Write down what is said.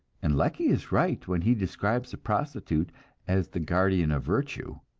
and lecky is right when he describes the prostitute as the guardian of virtue,